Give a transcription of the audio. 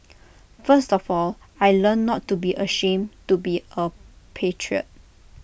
first of all I learnt not to be ashamed to be A patriot